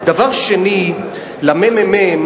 אבל את זה רק הרשות המבצעת יכולה.